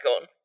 on